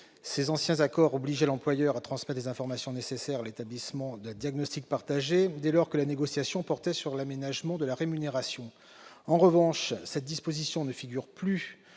Ces anciens accords obligeaient l'employeur à transmettre les informations nécessaires à l'établissement d'un diagnostic partagé, dès lors que la négociation portait sur l'aménagement de la rémunération. Or cette disposition ne figure plus